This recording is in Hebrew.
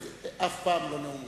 כצל'ה, אף פעם לא נאום ראשון.